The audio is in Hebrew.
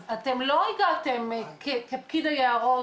אז אתם לא הגעתם כפקיד היערות